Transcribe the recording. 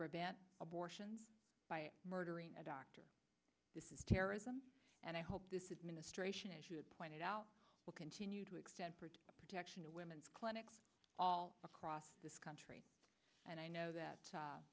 prevent abortion by murdering a doctor this is terrorism and i hope this is ministration as you pointed out will continue to extend protection to women's clinics all across this country and i know that